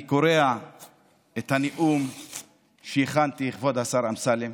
אני קורע את הנאום שהכנתי, כבוד השר אמסלם.